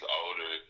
older